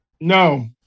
No